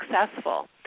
successful –